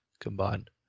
combined